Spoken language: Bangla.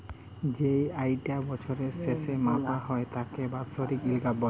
যেই আয়িটা বছরের শেসে মাপা হ্যয় তাকে বাৎসরিক ইলকাম ব্যলে